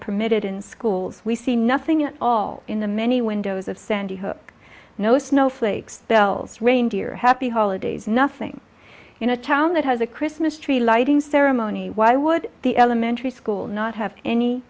permitted in schools we see nothing at all in the many windows of sandy hook no snowflake spells reindeer happy holidays nothing in a town that has a christmas tree lighting ceremony why would the elementary school not have any